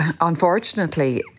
unfortunately